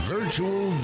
Virtual